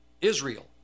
Israel